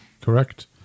correct